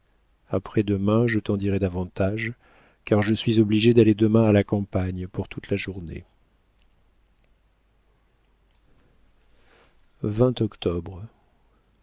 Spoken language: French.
après-demain je t'en dirai davantage car je suis obligée d'aller demain à la campagne pour toute la journée